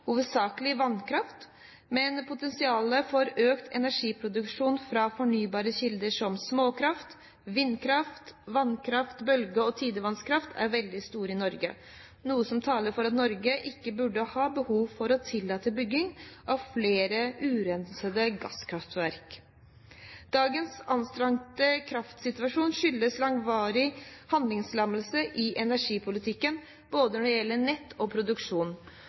hovedsakelig vannkraft. Potensialet for økt energiproduksjon fra fornybare kilder som småkraft, vindkraft, vannkraft, bølge- og tidevannskraft er veldig stort i Norge, noe som taler for at Norge ikke burde ha behov for å tillate bygging av flere urensede gasskraftverk. Dagens anstrengte kraftsituasjon skyldes langvarig handlingslammelse i energipolitikken, både når det gjelder nett og produksjon.